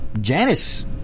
Janice